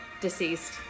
Deceased